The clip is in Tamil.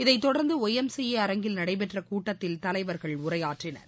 இதைத் தொடர்ந்து ஒய் எம் சி ஏ அரங்கில் நடைபெற்ற கூட்டத்தில் தலைவர்கள் உரையாற்றினர்